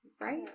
Right